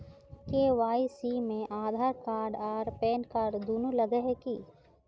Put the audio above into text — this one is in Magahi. के.वाई.सी में आधार कार्ड आर पेनकार्ड दुनू लगे है की?